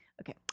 Okay